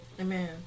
Amen